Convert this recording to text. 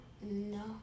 No